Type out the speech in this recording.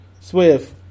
Swift